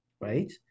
right